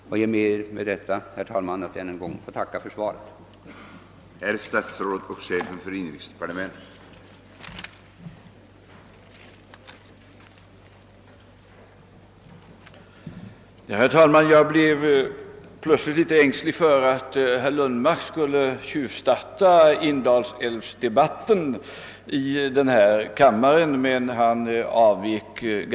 Med det anförda ber jag än en gång, herr talman, att få tacka för svaret på min interpellation.